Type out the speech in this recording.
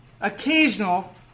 occasional